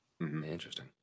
Interesting